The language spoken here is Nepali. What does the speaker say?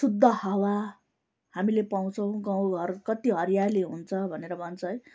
शुद्ध हावा हामीले पाउँछौँ गाउँ घर कति हरियाली हुन्छ भनेर भन्छ है